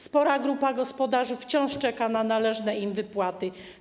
Spora grupa gospodarzy wciąż czeka na należne im wypłaty.